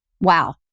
wow